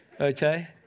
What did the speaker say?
Okay